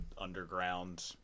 underground